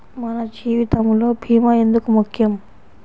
మన జీవితములో భీమా ఎందుకు ముఖ్యం?